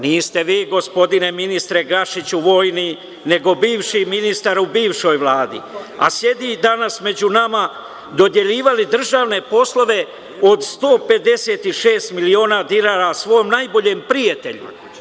Niste vi, gospodine ministre Gašiću vojni, nego bivši ministar u bivšoj Vladi, a sedi danas ovde među nama, dodeljivali državne poslove od 156 miliona dinara svom najboljem prijatelju.